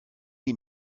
die